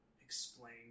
explain